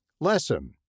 Lesson